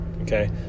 Okay